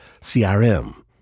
CRM